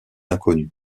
inconnue